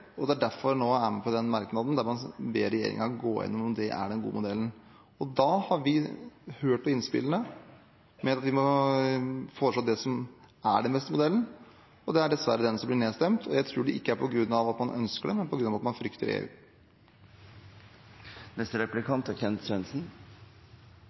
mener. Det er derfor en nå er med på den merknaden der man ber regjeringen gå gjennom om det er den gode modellen. Da har vi hørt på innspillene, vi mener vi må foreslå det som er den beste modellen. Det er dessverre den som blir nedstemt, og jeg tror det ikke er på grunn av at man ønsker det, men på grunn av at man frykter EU.